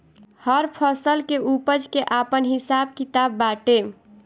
हर फसल के उपज के आपन हिसाब किताब बाटे